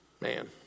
Man